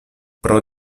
pro